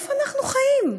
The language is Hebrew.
איפה אנחנו חיים?